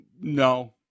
No